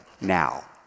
now